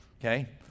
okay